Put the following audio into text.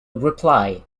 reply